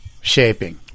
shaping